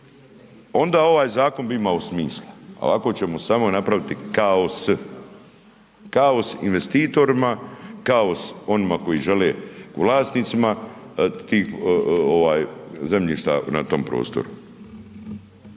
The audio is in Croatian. onda ovaj zakon bi imao smisla, a ovako ćemo samo napraviti kaos, kaos investitorima, kaos onima koji žele, vlasnicima, tih zemljišta na tom prostoru.